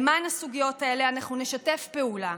למען הסוגיות האלה, אנחנו נשתף פעולה.